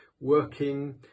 working